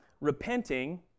repenting